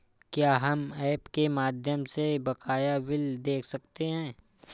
क्या हम ऐप के माध्यम से बकाया बिल देख सकते हैं?